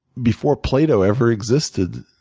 before plato ever existed,